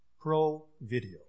Pro-video